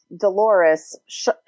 Dolores